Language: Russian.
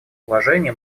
уважения